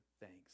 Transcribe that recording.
thanks